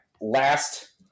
last